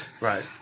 Right